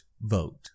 vote